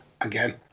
Again